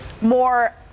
more